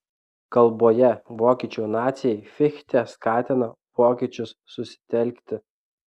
kalboje vokiečių nacijai fichtė skatina vokiečius susitelkti